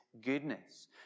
goodness